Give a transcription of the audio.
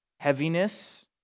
Heaviness